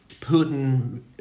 Putin